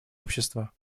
общества